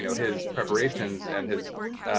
you know his preparations and his,